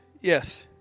yes